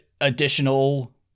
additional